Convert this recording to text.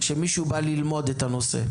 שמישהו בא ללמוד את הנושא.